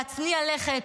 להצניע לכת,